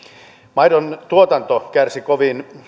maidontuotanto kärsi kovin